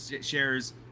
shares